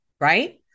right